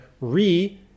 re